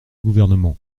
gouvernement